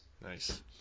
Nice